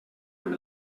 amb